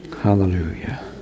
Hallelujah